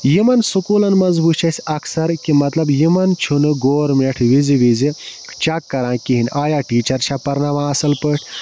یِمَن سُکوٗلَن منٛز وٕچھ اَسہِ اکثر کہِ مطلب یِمَن چھُنہٕ گورمٮ۪نٛٹ وِزِ وِزِ چَک کران کِہیٖنۍ آیا ٹیٖچَر چھا پَرٕناوان اَصٕل پٲٹھۍ